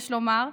יש לומר,